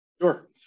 Sure